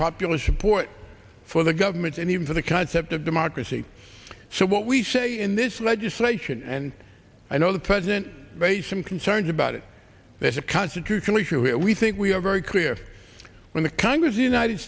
popular support for the government and even for the concept of democracy so what we say in this legislation and i know the president raised some concerns about it there's a constitutional issue here we think we are very clear when the congress united